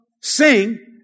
Sing